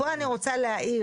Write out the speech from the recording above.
אני אומר לך עצה פוליטית,